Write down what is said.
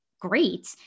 great